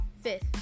Fifth